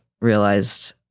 realized